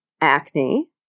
acne